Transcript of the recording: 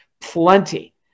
plenty